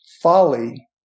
folly